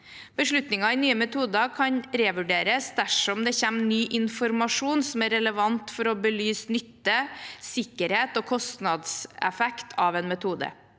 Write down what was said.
Beslutninger i Nye metoder kan revurderes dersom det kommer ny informasjon som er relevant for å belyse nytte, sikkerhet og kostnadseffekt av en metode.